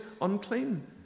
unclean